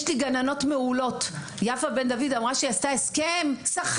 יש לי גננות מעולות יפה בן דוד אמרה שהיא עשתה הסכם שכר,